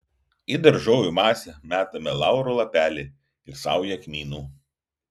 į daržovių masę metame lauro lapelį ir saują kmynų